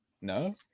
no